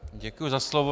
Děkuji za slovo.